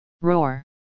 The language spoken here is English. roar